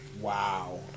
Wow